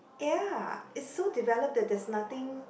ya is so developed that there's nothing